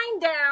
down